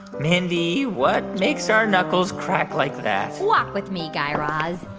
mindy, what makes our knuckles crack like that? walk with me, guy raz,